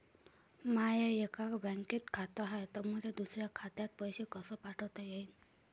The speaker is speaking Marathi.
माय एका बँकेत खात हाय, त मले दुसऱ्या खात्यात पैसे कसे पाठवता येईन?